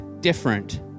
different